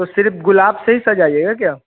तो सिर्फ गुलाब से ही सजाइएगा क्या